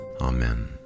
Amen